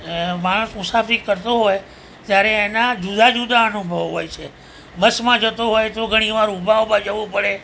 માણસ મુસાફરી કરતો હોય ત્યારે એના જુદા જુદા અનુભવો હોય છે બસમાં જતો હોય તો ઘણી વાર ઊભા ઊભા જવું પડે